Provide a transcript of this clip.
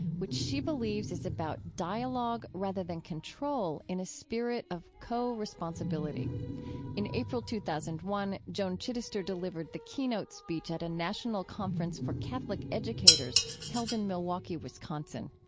which she believes is about dialogue rather than control in a spirit of co-responsibility. in april two thousand and one joan chittister delivered the keynote speech at a national conference for catholic educators held in milwaukee, wisconsin.